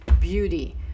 beauty